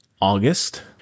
August